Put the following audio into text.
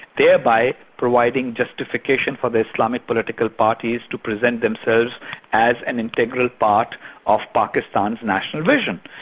thereby providing justification for the islamic political parties to present themselves as an integral part of pakistan's national vision,